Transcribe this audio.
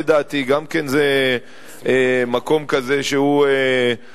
לדעתי, גם זה מקום שהוא מוכרז.